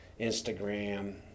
Instagram